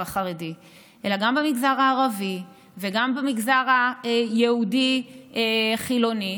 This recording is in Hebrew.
החרדי אלא גם במגזר הערבי וגם במגזר היהודי החילוני,